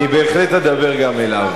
אני בהחלט אדבר גם אליו.